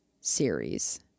series